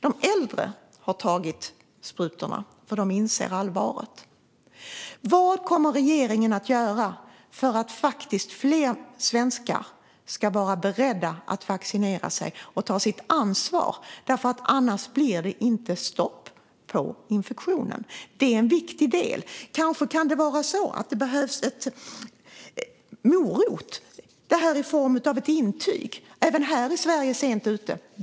De äldre har tagit sprutorna, för de inser allvaret. Vad kommer regeringen att göra för att fler svenskar faktiskt ska vara beredda att vaccinera sig och ta sitt ansvar? Annars blir det inte stopp på infektionen. Det är en viktig del. Kanske kan det vara så att det behövs en morot i form av ett intyg? Även här är Sverige sent ute.